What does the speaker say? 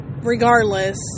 regardless